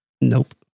nope